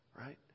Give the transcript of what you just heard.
right